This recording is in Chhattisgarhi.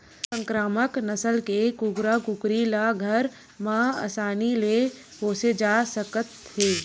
संकरामक नसल के कुकरा कुकरी ल घर म असानी ले पोसे जा सकत हे